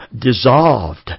dissolved